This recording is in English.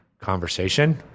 conversation